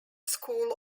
school